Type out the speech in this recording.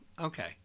Okay